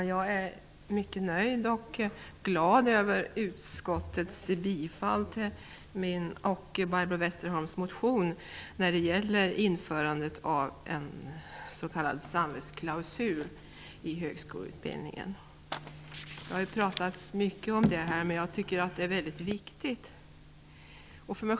Herr talman. Jag är nöjd och glad över utskottets bifall till min och Barbro Westerholms motion när det gäller införandet av en s.k. samvetsklausul i högskoleutbildningen. Det har ju pratats mycket om detta i dag.